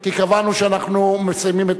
כי קבענו שאנחנו מסיימים.